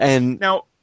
Now